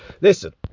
Listen